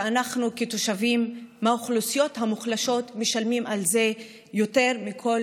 ואנחנו כתושבים מהאוכלוסיות המוחלשות משלמים על זה יותר מכל